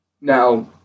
Now